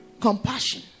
Compassion